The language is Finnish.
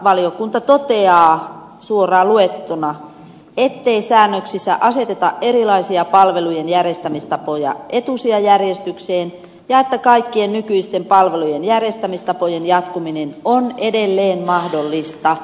valiokunta toteaa ettei säännöksissä aseteta erilaisia palvelujen järjestämistapoja etusijajärjestykseen ja että kaikkien nykyisten palvelujen järjestämistapojen jatkuminen on edelleen mahdollista